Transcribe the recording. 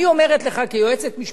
אני אומרת לך כיועצת משפטית,